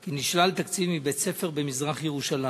כי נשלל תקציב מבית-ספר במזרח-ירושלים,